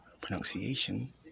pronunciation